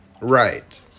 Right